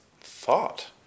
thought